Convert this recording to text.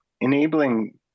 enabling